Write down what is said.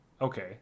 okay